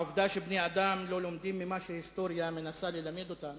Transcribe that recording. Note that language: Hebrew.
העובדה שבני-אדם לא לומדים ממה שההיסטוריה מנסה ללמד אותם